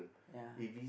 ya